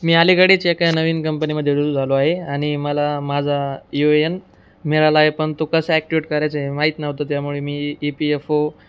मी अलीकडेच एका नवीन कंपनीमध्ये रूजु झालो आहे आणि मला माझा यू ए एन मिळालाय पण तो कसा ॲक्टिवेट करायचंय माहीत नव्हतं त्यामुळे मी ई पी एफ ओ